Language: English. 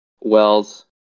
Wells